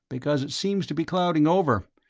because it seems to be clouding over.